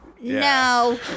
no